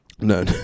No